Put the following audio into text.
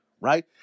right